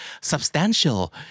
substantial